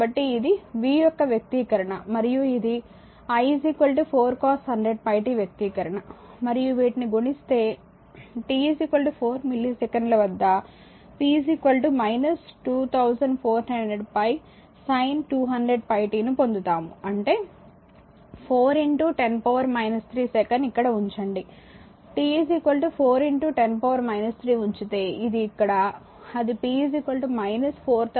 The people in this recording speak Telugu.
కాబట్టి ఇది v యొక్క వ్యక్తీకరణ మరియు ఇది i 4 cos 100πt వ్యక్తీకరణ మరియు వీటిని గుణిస్తే t 4 మిల్లీసెకన్ల వద్ద p 2400πsin 200πt ను పొందుతాము అంటే 4 10 3 సెకను ఇక్కడ ఉంచండి t 4 10 3 ఉంచితే ఇది ఇక్కడ అది p 4431